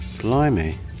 Blimey